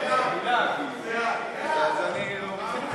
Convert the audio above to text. אז אני מוותר.